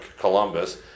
Columbus